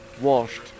washed